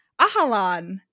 Ahalan